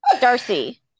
Darcy